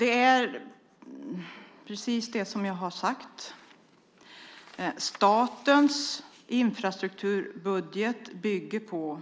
Herr talman! Som jag redan sagt bygger statens infrastrukturbudget på